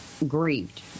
Grieved